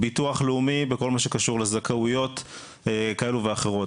בביטוח לאומי בכל מה שקשור לזכאויות כאלה ואחרות,